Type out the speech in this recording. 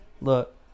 Look